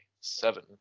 seven